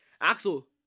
Axel